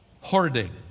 Hoarding